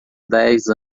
dez